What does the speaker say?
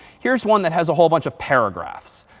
here's one that has a whole bunch of paragraphs.